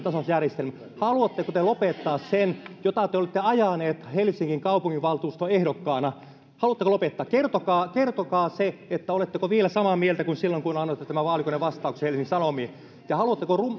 tasausjärjestelmän haluatteko te lopettaa sen mitä te olette ajanut helsingin kaupunginvaltuuston ehdokkaana haluatteko lopettaa kertokaa kertokaa oletteko vielä samaa mieltä kuin silloin kun annoitte tämän vaalikonevastauksen helsingin sanomiin ja haluatteko